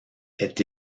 est